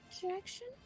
direction